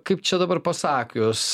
kaip čia dabar pasakius